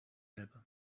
elbe